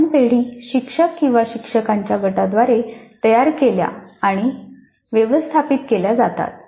साधन पेढी शिक्षक किंवा शिक्षकांच्या गटाद्वारे तयार केल्या आणि व्यवस्थापित केल्या जातात